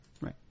right